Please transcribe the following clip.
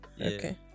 Okay